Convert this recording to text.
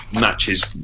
matches